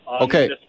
Okay